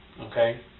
okay